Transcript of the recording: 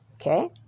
Okay